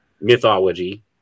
mythology